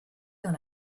dans